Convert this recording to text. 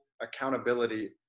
accountability